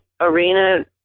arena